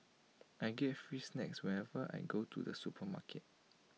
I get free snacks whenever I go to the supermarket